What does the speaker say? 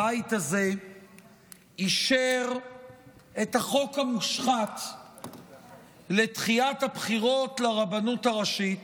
הבית הזה אישר את החוק המושחת לדחיית הבחירות לרבנות הראשית,